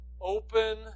Open